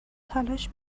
تلاش